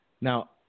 Now